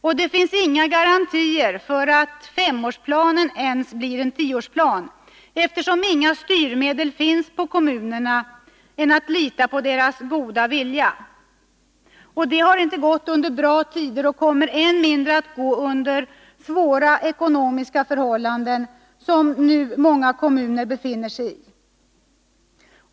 Och det finns inga garantier för att femårsplanen ens blir en tioårsplan, eftersom inga andra styrmedel finns än att lita till kommunernas goda vilja. Det har ju inte gått under bra tider, och det kommer än mindre att gå under de svåra ekonomiska förhållanden som många kommuner nu befinner sig i.